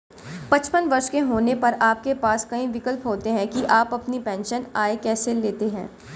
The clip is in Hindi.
पचपन वर्ष के होने पर आपके पास कई विकल्प होते हैं कि आप अपनी पेंशन आय कैसे लेते हैं